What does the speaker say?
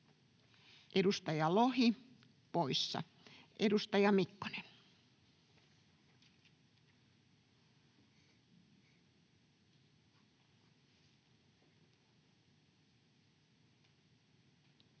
Edustaja Kilpi poissa. — Edustaja Pitko,